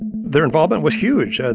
their involvement was huge. and